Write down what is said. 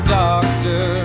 doctor